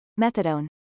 methadone